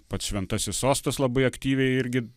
pats šventasis sostas labai aktyviai irgi